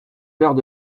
l’heure